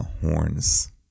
horns